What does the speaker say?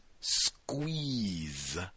Squeeze